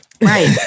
Right